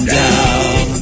down